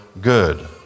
good